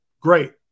Great